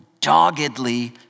doggedly